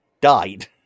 died